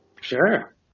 Sure